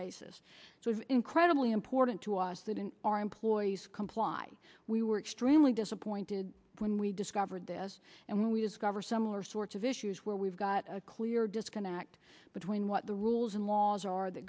basis so it's incredibly important to us that in our employees comply we were extremely disappointed when we discovered this and we discover similar sorts of issues where we've got a clear disconnect between what the rules and laws are th